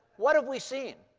what have we seen?